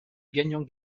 gagnant